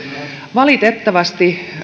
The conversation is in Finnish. valitettavasti